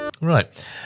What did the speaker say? right